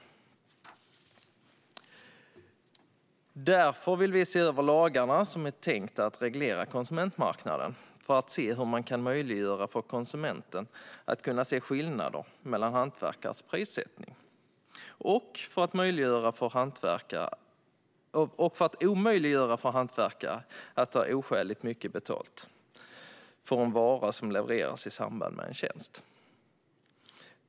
Sverigedemokraterna vill därför se över de lagar som är tänkta att reglera konsumentmarknaden, för att undersöka hur man kan möjliggöra för konsumenten att kunna se skillnader mellan olika hantverkares prissättning och för att omöjliggöra för hantverkare att ta oskäligt mycket betalt för en vara som levereras i samband med en tjänst.